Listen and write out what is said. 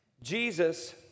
Jesus